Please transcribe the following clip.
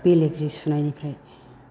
बेलेग जि सुनायनिफ्राय